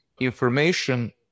information